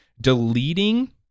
deleting